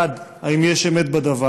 1. האם יש אמת בדבר?